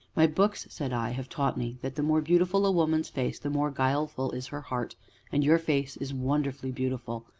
my books, said i, have taught me that the more beautiful a woman's face the more guileful is her heart and your face is wonderfully beautiful,